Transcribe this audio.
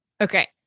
okay